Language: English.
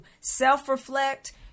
self-reflect